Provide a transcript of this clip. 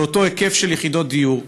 באותו היקף של יחידות דיור,